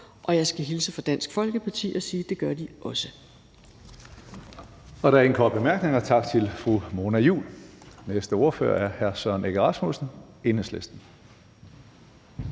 og jeg skal hilse fra Dansk Folkeparti og sige, at det gør de også.